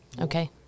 Okay